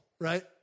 right